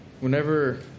whenever